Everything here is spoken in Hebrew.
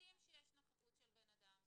יודעים שיש נוכחות של בן אדם,